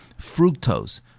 Fructose